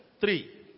Three